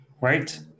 right